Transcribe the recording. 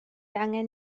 angen